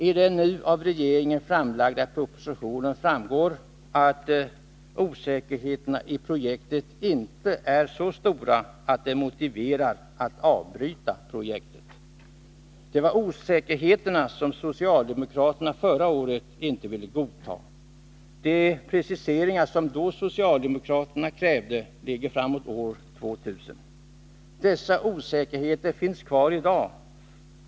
Av den av regeringen framlagda propositionen framgår att osäkerheterna i projektet inte är så stora att de motiverar att man avbryter projektet. Det var osäkerheterna som socialdemokraterna förra året inte ville godta. De preciseringar som socialdemokraterna då krävde sträcker sig tidsmässigt framemot år 2000. Dessa osäkerheter finns alltså i dag.